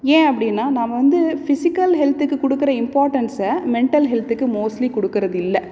ஏ அப்படின்னா நாம வந்து ஃபிசிக்கல் ஹெல்த்துக்கு கொடுக்குற இம்பார்ட்டன்ஸை மெண்ட்டல் ஹெல்த்துக்கு மோஸ்ட்லி கொடுக்குறது இல்லை